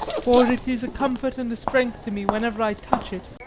for it is a comfort and a strength to me whenever i touch it.